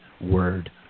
word